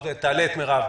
תעלה את מירב.